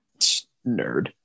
Nerd